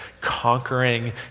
conquering